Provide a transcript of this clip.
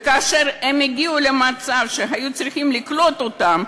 וכאשר הם הגיעו למצב שהיו צריכים לקלוט אותם,